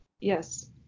Yes